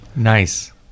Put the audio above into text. nice